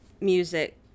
music